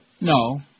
No